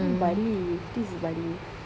ni bali this is bali